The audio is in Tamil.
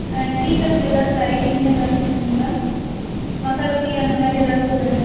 டீ காஃபியில் ஏதாச்சும் வெரைட்டிக்குன்னு ஏதாச்சும் இருக்குதுங்களா மசாலா டீ அந்த மாதிரி ஏதாச்சும் ஒரு